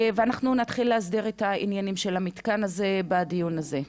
ואנחנו נתחיל להסדיר את העניינים של המתקן הזה בדיון הזה.